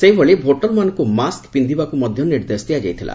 ସେହିଭଳି ଭୋଟର୍ମାନଙ୍କୁ ମାସ୍କ ପିନ୍ଧିବାକୁ ମଧ୍ୟ ନିର୍ଦ୍ଦେଶ ଦିଆଯାଇଥିଲା